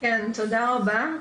כן תודה רבה,